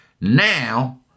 Now